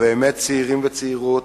ובאמת צעירים וצעירות,